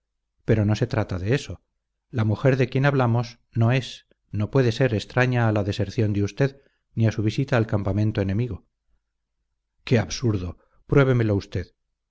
pero no se trata de eso la mujer de quien hablamos no es no puede ser extraña a la deserción de usted ni a su visita al campamento enemigo qué absurdo pruébemelo usted